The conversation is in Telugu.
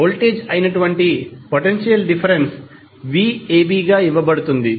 కాబట్టి వోల్టేజ్ అయినటువంటి పొటెన్షియల్ డిఫరెన్స్ 𝑣𝑎𝑏 గా ఇవ్వబడుతుంది